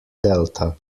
delta